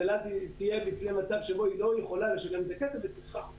אז אל על תהיה במצב שבו היא לא יכולה לשלם את הכסף -- -חוקית.